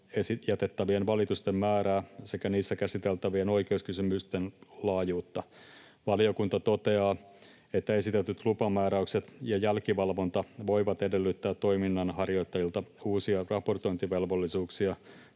jätettävien valitusten määrää sekä niissä käsiteltävien oikeuskysymysten laajuutta. Valiokunta toteaa, että esitetyt lupamääräykset ja jälkivalvonta voivat edellyttää toiminnanharjoittajilta uusia raportointivelvollisuuksia